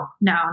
No